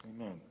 Amen